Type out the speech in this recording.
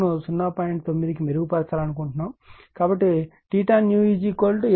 9 కి మెరుగుపరచాలని అనుకుంటున్నాము కాబట్టి new 25